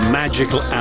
magical